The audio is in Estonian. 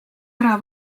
ära